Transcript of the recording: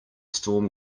storm